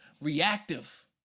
reactive